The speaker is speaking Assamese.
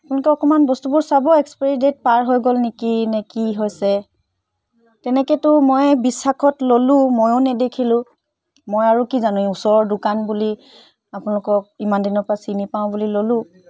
এনেকৈ অকণমান বস্তুবোৰ চাব এক্সপাইৰী ডেট পাৰ হৈ গ'ল নেকি নে কি হৈছে তেনেকৈতো মই বিশ্বাসত ল'লোঁ ময়ো নেদেখিলোঁ মই আৰু কি জানো ওচৰৰ দোকান বুলি আপোনালোকক ইমান দিনৰ পৰা চিনি পাওঁ বুলি ল'লোঁ